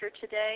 today